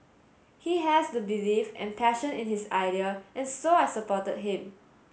he has the belief and passion in his idea and so I supported him